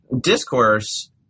discourse